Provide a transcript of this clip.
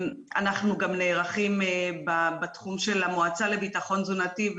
אנחנו גם נערכים בתחום של המועצה לביטחון תזונתי,